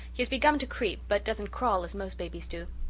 he has begun to creep but doesn't crawl as most babies do.